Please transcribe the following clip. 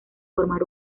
formar